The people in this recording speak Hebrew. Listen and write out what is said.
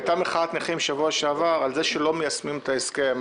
הייתה מחאת נכים בשבוע שעבר על כך שלא מיישמים את ההסכם.